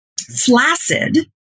flaccid